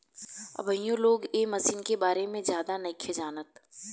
अभीयो लोग ए मशीन के बारे में ज्यादे नाइखे जानत